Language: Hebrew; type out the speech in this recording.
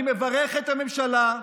אני מברך את הממשלה,